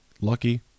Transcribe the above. lucky